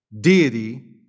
deity